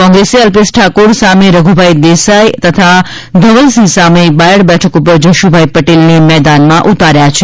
કોંગ્રેસે અલ્પેશ ઠાકોર સામે રધુભાઈ દેસાઈ તથા ધવલસિંહ સામે બાયડ બેઠક ઉપર જશુભાઈ પટેલને મેદાનમાં ઊતાર્યા છે